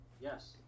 yes